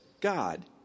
God